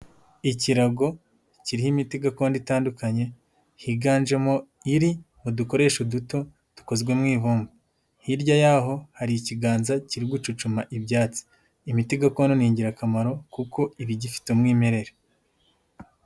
Ikirago kiriho imiti gakondo itandukanye: higanjemo iri mu dukoresho duto dukozwe mu ibumba, hirya yaho hari ikiganza kiri gucucuma ibyatsi, imiti gakonna ni ingirakamaro kuko iba igifite umwimerere.